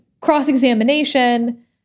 cross-examination